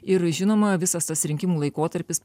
ir žinoma visas tas rinkimų laikotarpis